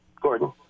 Gordon